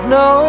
no